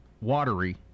watery